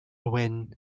wyn